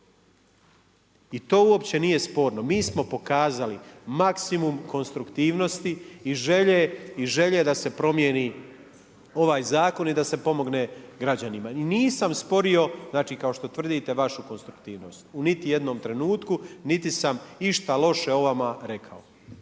I to uopće nije sporno. Mi smo pokazali maksimum konstruktivnosti i želje da se promijeni ovaj zakon i da se pomogne građanima i nisam sporio kao što tvrdite, vašu konstruktivnost u niti jednom trenutku, niti sam išta loše o vama rekao.